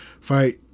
fight